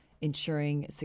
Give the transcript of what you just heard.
ensuring